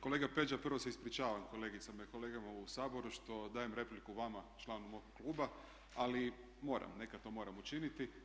Kolega Peđa, prvo se ispričavam kolegicama i kolegama u Saboru što dajem repliku vama članu mog kluba, ali moram, nekad to moram učiniti.